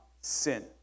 sin